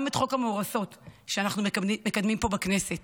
גם חוק המאורסות, שאנחנו מקדמים פה בכנסת